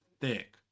thick